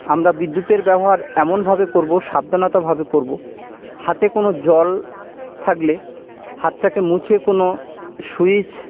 আমরা বিদ্যুতের ব্যবহার এমনভাবে করব সাবধানতাভাবে করব হাতে কোনো জল থাকলে হাতটাকে মুছে কোনো সুইচ